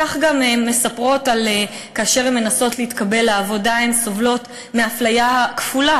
כך גם הן מספרות שכאשר הן מנסות להתקבל לעבודה הן סובלות מאפליה כפולה,